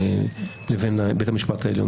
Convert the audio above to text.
לבין בית המשפט העליון,